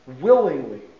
willingly